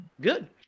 Good